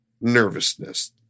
nervousness